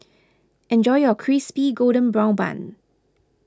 enjoy your Crispy Golden Brown Bun